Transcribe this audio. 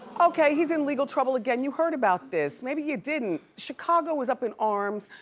okay, he's in legal trouble again, you heard about this. maybe you didn't. chicago is up in arms,